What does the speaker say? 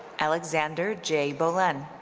alexander j. bolen.